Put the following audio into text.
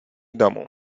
domu